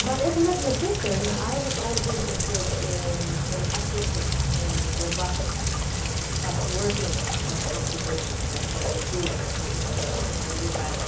but as a mathematician, i was always interested in in accuracy, and robustness and trustworthiness of computations. that's what we do as a mathematician. we look at